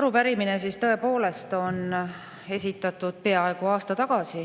Arupärimine tõepoolest on esitatud peaaegu aasta tagasi